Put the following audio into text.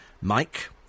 Mike